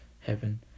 heaven